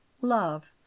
love